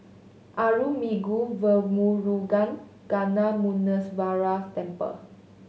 Arulmigu Velmurugan Gnanamuneeswarar Temple